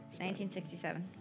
1967